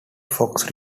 fox